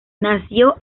nació